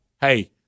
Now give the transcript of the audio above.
hey